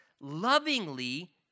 lovingly